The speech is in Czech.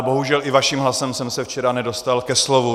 Bohužel i vaším hlasem jsem se včera nedostal ke slovu.